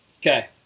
Okay